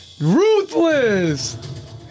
RUTHLESS